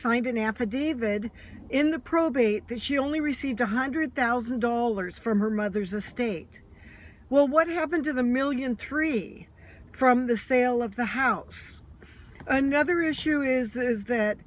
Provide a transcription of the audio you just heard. signed an affidavit in the probate that she only received one hundred thousand dollars from her mother's estate well what happened to the million three from the sale of the house another issue is that is that